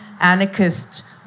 anarchist